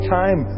time